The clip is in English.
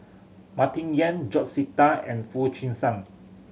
Martin Yan George Sita and Foo Chee San